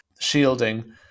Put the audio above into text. Shielding